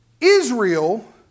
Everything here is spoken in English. Israel